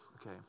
okay